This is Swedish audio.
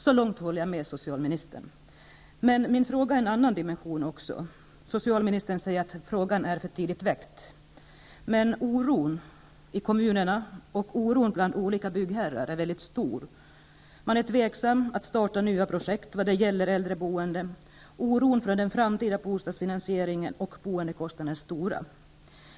Så långt håller jag med socialministern. Min fråga har också en annan dimension. Socialministern säger att frågan är för tidigt väckt, men oron i kommunerna och bland olika byggherrar är väldigt stor. Man tvekar inför att starta nya projekt inom äldreboendet. Oron för den framtida bostadsfinansieringen och boendekostnaderna är stor.